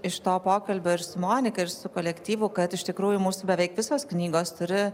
iš to pokalbio ir su monika ir su kolektyvu kad iš tikrųjų mūsų beveik visos knygos turi